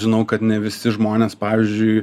žinau kad ne visi žmonės pavyzdžiui